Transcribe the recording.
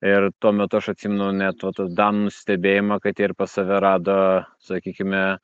ir tuo metu aš atsimenu net va tada nustebėjimą kad ir pas save rado sakykime